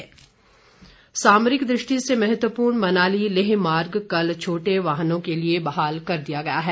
मनाली लेह मार्ग समरिक दृष्टि से महत्वपूर्ण मनाली लेह मार्ग कल छोटे वाहनों के लिये बहाल कर दिया गया है